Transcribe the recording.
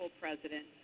president